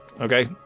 Okay